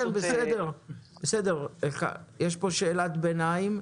בסדר, אבל יש פה שאלת ביניים.